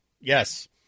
Yes